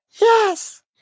Yes